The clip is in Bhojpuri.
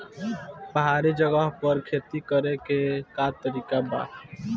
पहाड़ी जगह पर खेती करे के का तरीका बा?